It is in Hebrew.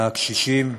לקשישים.